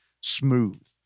smooth